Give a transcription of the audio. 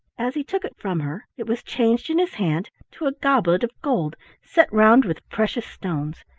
as he took it from her, it was changed in his hand to a goblet of gold set round with precious stones.